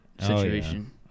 situation